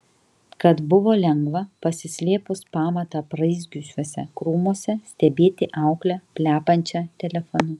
kad buvo lengva pasislėpus pamatą apraizgiusiuose krūmuose stebėti auklę plepančią telefonu